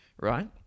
right